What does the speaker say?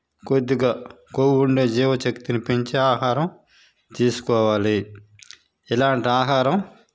కొద్దిగా కొవ్వు ఉండే జీవ శక్తిని పెంచే ఆహారం తీసుకోవాలి ఇలాంటి ఆహారం